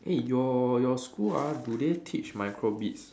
eh your your all school ah do they teach micro bits